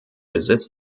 besitz